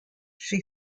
she